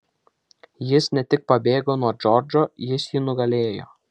jis ne tik pabėgo nuo džordžo jis jį nugalėjo